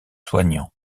soignants